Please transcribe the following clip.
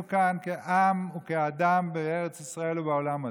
כאן כעם וכאדם בארץ ישראל ובעולם הזה?